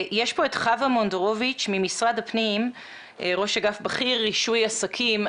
ממשרד המשפטים עו"ד נילי פינקלשטיין,